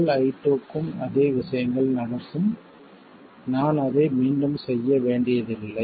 ΔI2 க்கும் அதே விஷயங்கள் நடக்கும் நான் அதை மீண்டும் செய்ய வேண்டியதில்லை